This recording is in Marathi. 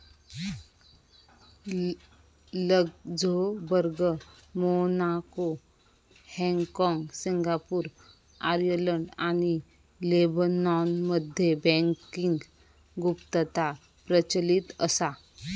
लक्झेंबर्ग, मोनाको, हाँगकाँग, सिंगापूर, आर्यलंड आणि लेबनॉनमध्ये बँकिंग गुप्तता प्रचलित असा